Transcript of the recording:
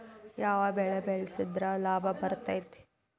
ಯಾವ ಬೆಳಿ ಬೆಳ್ಸಿದ್ರ ಲಾಭ ಬರತೇತಿ?